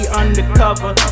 undercover